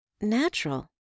natural